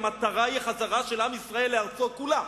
המטרה היא החזרה של עם ישראל לארצו כולה,